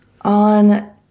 on